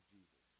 Jesus